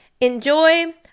Enjoy